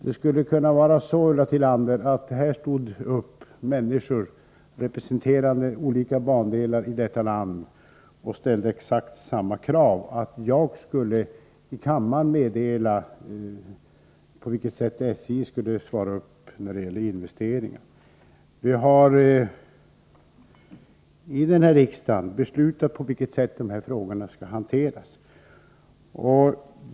Det skulle kunna vara så, Ulla Tillander, att här stod upp människor representerande olika bandelar i detta land och ställde exakt samma krav, att jag i kammaren skulle meddela hur SJ skall handla när det gäller investeringar. Riksdagen har beslutat på vilket sätt dessa frågor skall hanteras.